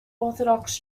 orthodox